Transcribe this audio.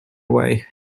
away